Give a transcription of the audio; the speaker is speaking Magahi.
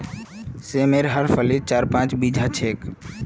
सेमेर हर फलीत चार पांच बीज ह छेक